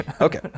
Okay